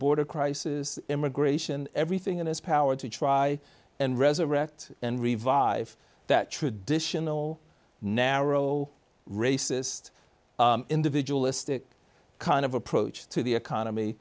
border crisis immigration everything in his power to try and resurrect and revive that traditional narrow racist individual istic kind of approach to the economy